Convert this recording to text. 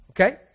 Okay